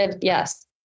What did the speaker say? Yes